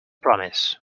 promise